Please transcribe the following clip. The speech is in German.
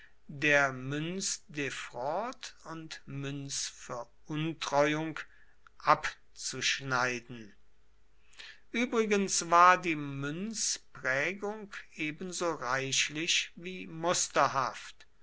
der münzdefraude und münzveruntreuung abzuschneiden übrigens war die münzprägung ebenso reichlich wie